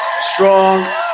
strong